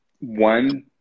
one